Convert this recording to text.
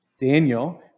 Daniel